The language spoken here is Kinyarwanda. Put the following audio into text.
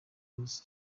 kusa